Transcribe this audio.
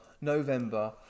November